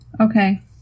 Okay